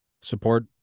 support